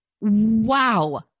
Wow